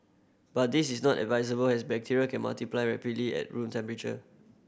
but this is not advisable as bacteria can multiply rapidly at room temperature